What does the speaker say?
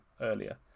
earlier